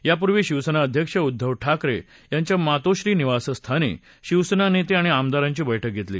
त्यापूर्वी शिवसेना अध्यक्ष उद्धव ठाकरे यांच्या मातोश्री निवासस्थानी शिवसेना नेते आणि आमदारांची बस्क्रि घेतली